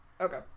okay